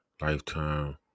lifetime